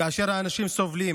כאשר האנשים סובלים,